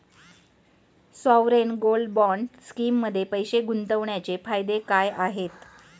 Sovereign gold bond स्कीममध्ये पैसे गुंतवण्याचे फायदे काय आहेत?